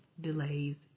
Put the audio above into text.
delays